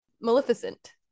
Maleficent